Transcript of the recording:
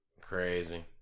Crazy